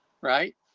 right